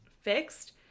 fixed